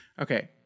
Okay